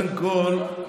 קודם כול,